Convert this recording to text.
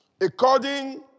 according